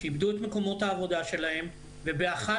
שאיבדו את מקומות העבודה שלהם ובאחת